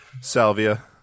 Salvia